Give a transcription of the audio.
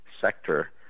sector